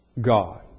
God